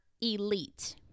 elite